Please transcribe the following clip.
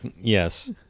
yes